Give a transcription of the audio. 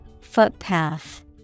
Footpath